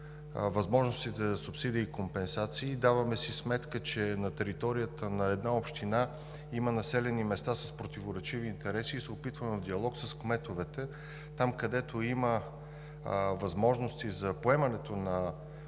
възможностите за субсидии и компенсации. Даваме си сметка, че на територията на една община има населени места с противоречиви интереси и се опитваме в диалог с кметовете – там, където има възможности за поемане на